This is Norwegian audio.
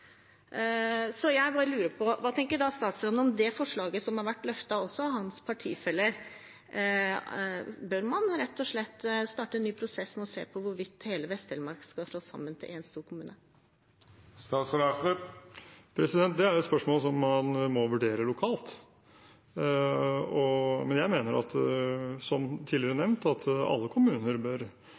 Jeg bare lurer på hva statsråden tenker om det forslaget som også har vært løftet fram av hans partifeller: Bør man rett og slett starte en ny prosess med å se på hvorvidt hele Vest-Telemark skal slås sammen til én stor kommune? Det er et spørsmål man må vurdere lokalt. Jeg mener som tidligere nevnt at alle kommuner med jevne mellomrom bør